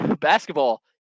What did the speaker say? Basketball